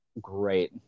great